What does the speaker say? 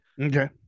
Okay